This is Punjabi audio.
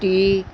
ਦੀ